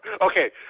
okay